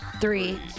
three